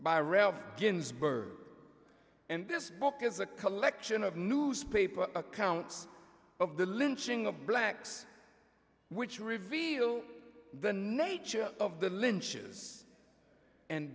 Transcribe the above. by ralph ginsberg and this book is a collection of newspaper accounts of the lynching of blacks which reveal the nature of the lynch's and